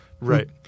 Right